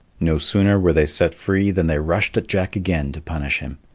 no sooner were they set free than they rushed at jack again to punish him.